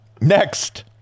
next